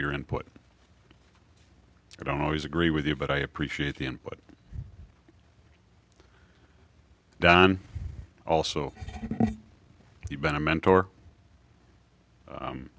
your input i don't always agree with you but i appreciate the input don also you've been a mentor